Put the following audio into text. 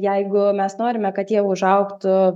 jeigu mes norime kad jie užaugtų